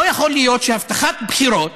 לא יכול להיות שהבטחת בחירות